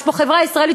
יש פה חברה ישראלית,